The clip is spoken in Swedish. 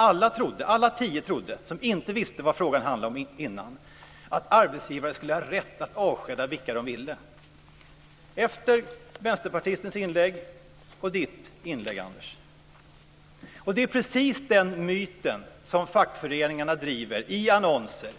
Alla tio, som inte visste vad frågan handlade om innan, trodde att arbetsgivare skulle ha rätt att avskeda vilka de ville. Det är precis den myten som fackföreningarna driver i annonser.